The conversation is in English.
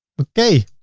okay.